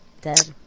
Dead